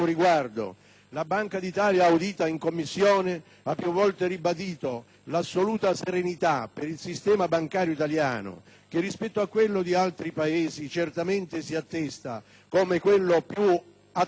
Banca d'Italia, auditi in Commissione, hanno più volte ribadito l'assoluta serenità per il sistema bancario italiano, che rispetto agli altri Paesi certamente si attesta come quello più attrezzato